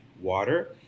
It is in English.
water